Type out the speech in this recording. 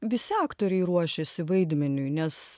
visi aktoriai ruošiasi vaidmeniui nes